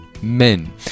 men